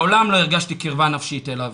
מעולם לא הרגשתי קרבה נפשית אליו